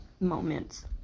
moments